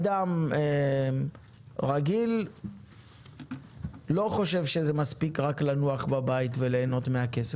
אדם רגיל לא חושב שזה מספיק רק לנוח בבית וליהנות מהכסף,